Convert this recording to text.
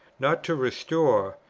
not to restore,